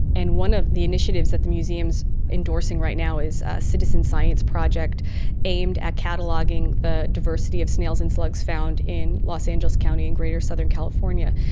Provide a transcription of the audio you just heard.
and one of the initiatives that the museum is endorsing right now is a citizen science project aimed at cataloguing the diversity of snails and slugs found in los angeles county and greater southern california.